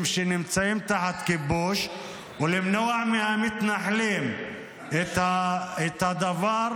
שנמצאים תחת כיבוש ולמנוע מהמתנחלים את הדבר